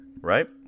right